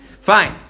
Fine